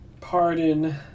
Pardon